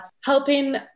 helping